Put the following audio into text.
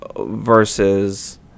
versus